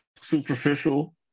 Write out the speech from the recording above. superficial